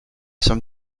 some